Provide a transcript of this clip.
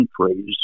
countries